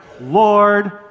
Lord